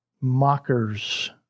mockers